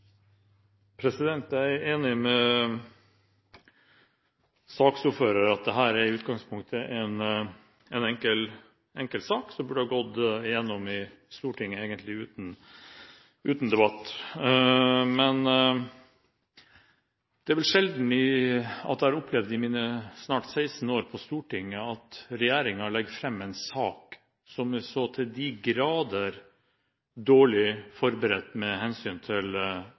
enig med saksordføreren i at dette i utgangspunktet er en enkel sak som egentlig burde gått gjennom i Stortinget uten debatt. Det er vel sjelden at jeg i mine snart 16 år på Stortinget har opplevd at regjeringen legger fram en sak som er så til de grader dårlig forberedt med hensyn til